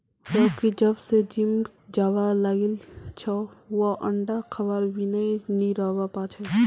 Rocky जब स gym जाबा लागिल छ वइ अंडा खबार बिनइ नी रहबा पा छै